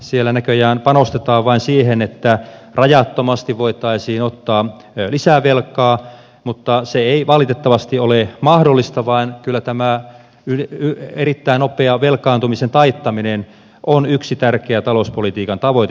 siellä näköjään panostetaan vain siihen että rajattomasti voitaisiin ottaa lisää velkaa mutta se ei valitettavasti ole mahdollista vaan kyllä tämä erittäin nopea velkaantumisen taittaminen on yksi tärkeä talouspolitiikan tavoite